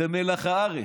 אתם מלח הארץ.